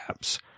apps